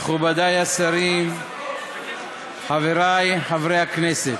אדוני היושב-ראש, מכובדי השרים, חברי חברי הכנסת,